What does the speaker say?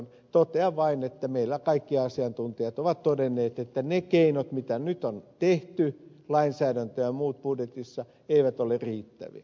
totean vain että meillä kaikki asiantuntijat ovat todenneet että ne keinot joita nyt on käytetty lainsäädäntö ja muut budjetissa eivät ole riittäviä